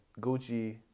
Gucci